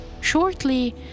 Shortly